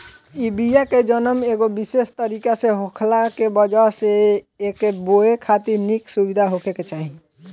इ बिया के जनम एगो विशेष तरीका से होखला के वजह से एके बोए खातिर निक सुविधा होखे के चाही